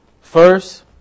First